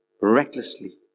recklessly